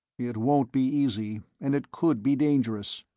it won't be easy, and it could be dangerous,